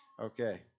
Okay